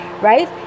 right